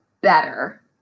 better